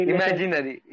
Imaginary